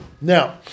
Now